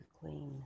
clean